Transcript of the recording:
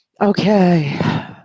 Okay